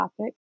topic